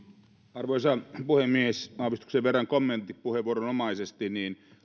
arvoisa puhemies aavistuksen verran kommenttipuheenvuoronomaisesti